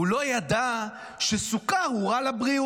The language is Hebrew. הוא לא ידע שסוכר הוא רע לבריאות,